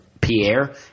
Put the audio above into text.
Pierre